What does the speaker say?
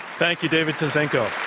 thank you, david zinczenko.